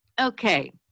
Okay